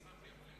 תסלח לי,